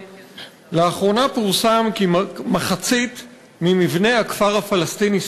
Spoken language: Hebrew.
לאחרונה פורסם כי כמחצית ממבני הכפר הפלסטיני